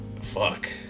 Fuck